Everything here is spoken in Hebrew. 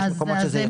יש מקומות שזה יותר.